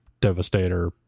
devastator